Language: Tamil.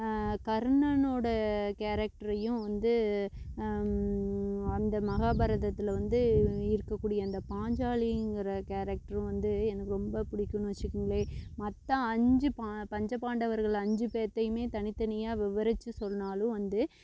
கர்ணனோட கேரக்டரையும் வந்து அந்த மகாபாரதத்தில் வந்து இருக்கக்கூடிய அந்த பாஞ்சாலிங்கிற கேரக்டரும் வந்து எனக்கு ரொம்ப பிடிக்குன்னு வச்சிக்கோங்களேன் மற்ற அஞ்சு ப பஞ்சபாண்டவர்கள் அஞ்சு பேர்த்தையுமே தனித்தனியாக விவரித்து சொன்னாலும் வந்து